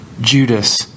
Judas